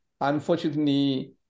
Unfortunately